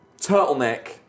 turtleneck